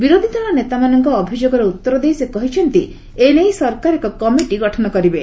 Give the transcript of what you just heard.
ବିରୋଧୀ ଦଳ ନେତାମାନଙ୍କ ଅଭିଯୋଗର ଉତ୍ତର ଦେଇ ସେ କହିଛନ୍ତି ଏନେଇ ସରକାର ଏକ କମିଟି ଗଠନ କରିବେ